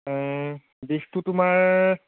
বিষটো তোমাৰ